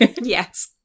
Yes